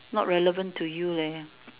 not relevant to you leh